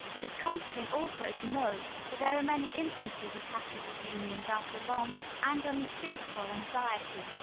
it is comforting, also, to know that there are many instances of happy reunions after long and unspeakable anxieties,